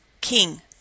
King